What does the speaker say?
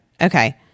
okay